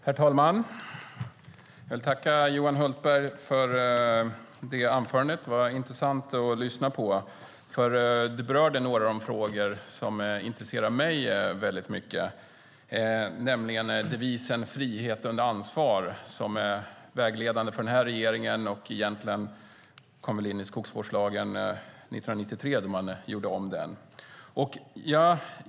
Herr talman! Jag vill tacka Johan Hultberg för anförandet; det var intressant att lyssna på. Det berörde några av de frågor som intresserar mig väldigt mycket, nämligen devisen frihet under ansvar som är vägledande för den här regeringen och egentligen kom in i skogsvårdslagen 1993, då man gjorde om den.